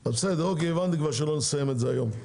הבנתי שלא נסיים את זה היום.